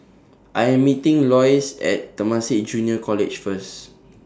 I Am meeting Lois At Temasek Junior College First